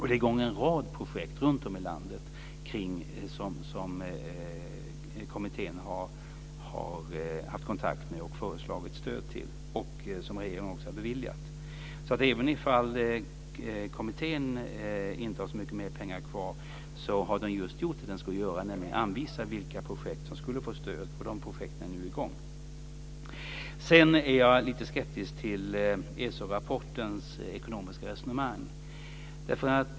Det är en rad projekt i gång runtom i landet som kommittén har haft kontakt med och föreslagit stöd till, vilket regeringen också har beviljat. Även om kommittén inte har så mycket mer pengar kvar, har den just gjort det som den skulle göra, nämligen anvisa vilka projekt som skulle få stöd. De projekten är alltså i gång. Jag är lite skeptisk till ESO-rapportens ekonomiska resonemang.